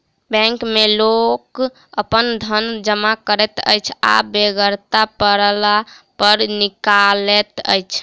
bank मे लोक अपन धन जमा करैत अछि आ बेगरता पड़ला पर निकालैत अछि